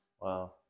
Wow